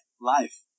life